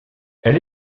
elle